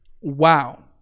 Wow